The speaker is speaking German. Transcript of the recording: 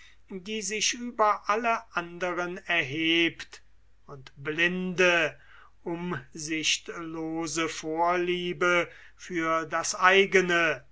die sich über alle anderen erhebt und blinde umsichtlose vorliebe für das eigene